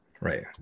Right